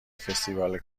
فستیوال